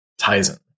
Tizen